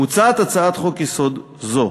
מוצעת הצעת חוק-יסוד זו.